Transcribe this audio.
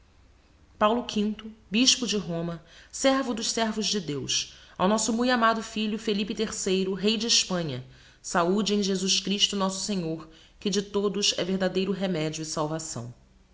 paulo v bispo de roma servo dos servos de deus ao nosso mui amado filho phelipe o rei de hespanha saude em jesus christo nosso senhor que de todos é verdadeiro remedio e salvação